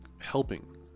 helping